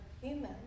human